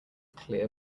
clear